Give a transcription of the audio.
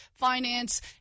Finance